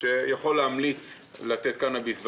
שיכול להמליץ לתת קנאביס,